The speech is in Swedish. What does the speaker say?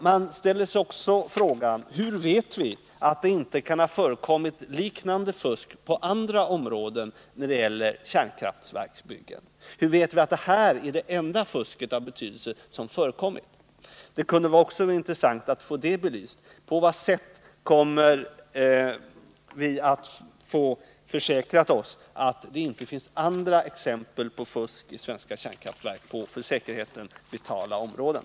Man ställer sig också frågan: Hur vet vi att det inte kan ha förekommit liknande fusk på andra områden när det gäller kärnkraftverksbyggen? Hur vet vi att detta är det enda fusket av betydelse som har förekommit? Det kunde också vara intressant att få belyst på vilket sätt vi kommer att få oss försäkrat att det inte finns andra exempel på fusk i svenska kärnkraftverk på för säkerheten vitala områden.